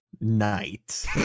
Night